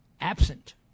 absent